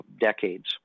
decades